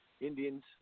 Indians